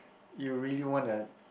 you really want a